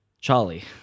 Charlie